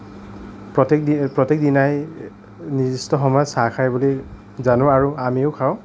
প্ৰত্যেক প্ৰত্যেক দিনাই নিৰ্দিষ্ট সময়ত চাহ খায় বুলি জানো আৰু আমিও খাওঁ